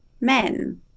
men